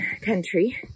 country